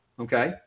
Okay